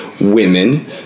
women